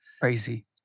Crazy